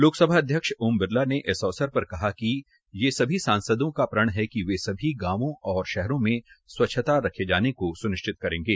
लोकसभा अध्यक्ष ओम बिरला पने इस अवसर पर कहा कि ये सभी सांसदों का प्रण है कि वे सभी गांवों व शहरों में स्वच्छता रखे जाने को सुनिश्चित करेंगे